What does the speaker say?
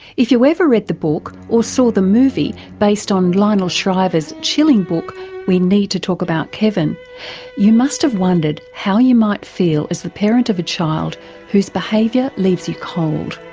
if you ever read the book or saw the movie based on lionel shriver's chilling book we need to talk about kevin you must have wondered how you might feel as the parent of a child whose behaviour leaves you cold.